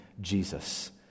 Jesus